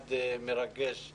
מעמד מרגש עבורי,